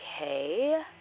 Okay